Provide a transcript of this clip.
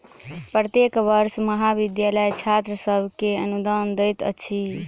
प्रत्येक वर्ष महाविद्यालय छात्र सभ के अनुदान दैत अछि